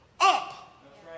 Up